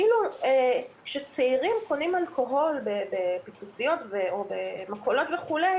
כשצעירים קונים אלכוהול בפיצוציות או במכולות וכולי